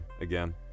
again